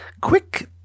quick